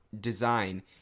design